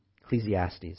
Ecclesiastes